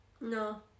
No